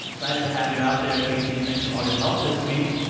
flattered to have you out there, casey. and thanks for all your help this week.